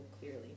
clearly